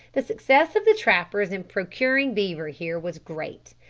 the success of the trappers in procuring beaver here was great.